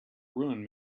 ruin